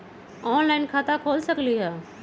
Online खाता खोल सकलीह?